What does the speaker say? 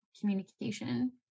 communication